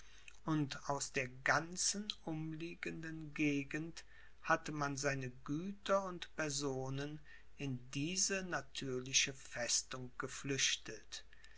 und aus der ganzen umliegenden gegend hatte man seine güter und personen in diese natürliche festung geflüchtet